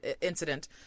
incident